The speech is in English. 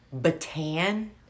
Batan